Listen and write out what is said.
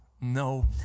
No